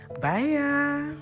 Bye